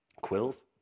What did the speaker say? Quills